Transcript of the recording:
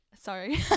sorry